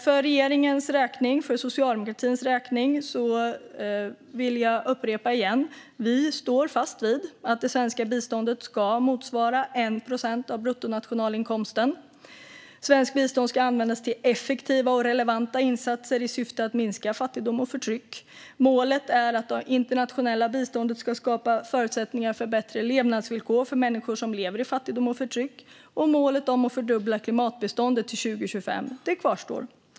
För regeringens och socialdemokratins räkning vill jag återigen upprepa att vi står fast vid att det svenska biståndet ska motsvara 1 procent av bruttonationalinkomsten. Svenskt bistånd ska användas till effektiva och relevanta insatser i syfte att minska fattigdom och förtryck. Målet är att det internationella biståndet ska skapa förutsättningar för bättre levnadsvillkor för människor som lever i fattigdom och förtryck, och målet att fördubbla klimatbiståndet till 2025 kvarstår.